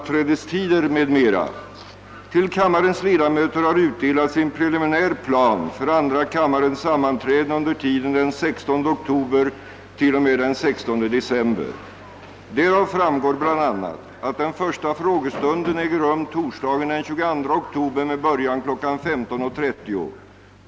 Till kammarens ledamöter har utdelats en preliminär plan för andra kammarens sammanträden unden tiden den. 16 oktober-—16 december, Därav framgär bl.a. att den första frågestunden äger rum torsdagen den 22 oktober med. början kl. 15.30.